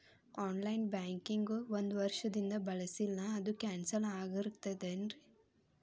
On line banking ಒಂದ್ ವರ್ಷದಿಂದ ಬಳಸಿಲ್ಲ ಅದು ಕ್ಯಾನ್ಸಲ್ ಆಗಿರ್ತದೇನ್ರಿ?